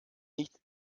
nicht